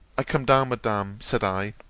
i come down, madam, said i,